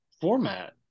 format